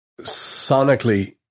sonically